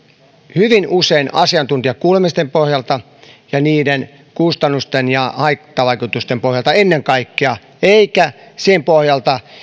hyvin usein asiantuntijakuulemisten pohjalta ja niiden kustannusten ja haittavaikutusten pohjalta ennen kaikkea eikä sen pohjalta